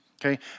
okay